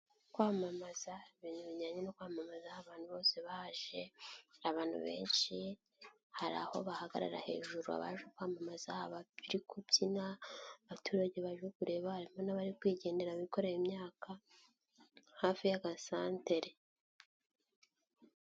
Kwamamaza ibintu bijyanye no kwamamaza, abantu bose baje, abantu benshi, hari aho bahagarara hejuru abaje kwamamaza, abari kubyina, abaturage baje kureba, harimo n'abari kwigendera bikore imyaka, hafi y'agasantere.